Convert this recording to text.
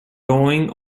going